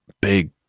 big